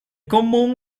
común